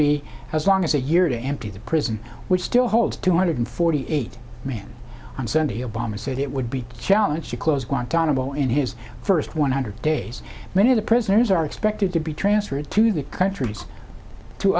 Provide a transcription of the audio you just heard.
be as long as a year to empty the prison which still holds two hundred forty eight men on sunday obama said it would be a challenge to close guantanamo in his first one hundred days many of the prisoners are expected to be transferred to the countries to